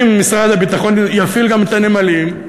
אם משרד הביטחון יפעיל גם את הנמלים,